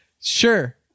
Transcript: Sure